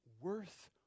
worth